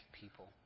people